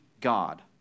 God